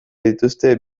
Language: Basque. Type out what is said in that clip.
dituzte